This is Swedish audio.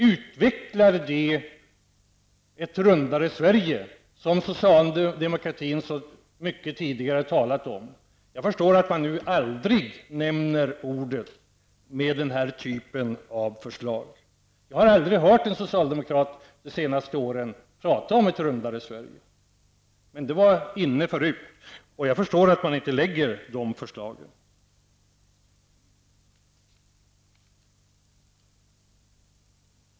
Utvecklar det ett rundare Sverige, som socialdemokratin tidigare talade så mycket om? Jag förstår att man nu aldrig nämner ordet när man har den här typen av förslag. Jag har under de senaste åren inte hört någon socialdemokrat prata om ett rundare Sverige. Men det var inne förut. Jag förstår att man inte lägger fram de förslagen.